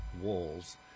walls